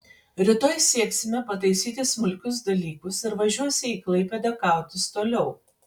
rytoj sieksime pataisyti smulkius dalykus ir važiuosi į klaipėdą kautis toliau